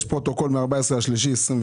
יש פרוטוקול מ-14.3.22.